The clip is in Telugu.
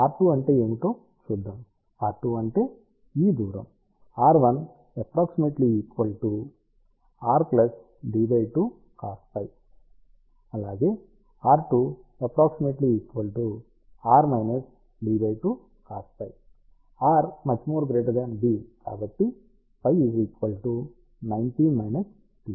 r2 అంటే ఏమిటో చూద్దాం r2 అంటే ఈ దూరం